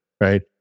right